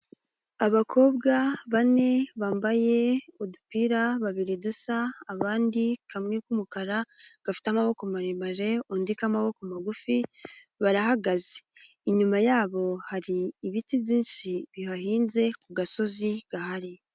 Abakobwa bane bambaye udupira babiri dusa, abandi kamwe k'umukara gafite amaboko maremare, undi k'amaboko magufi barahagaze, inyuma yabo hari ibiti byinshi bihahinze ku gasozi gahari.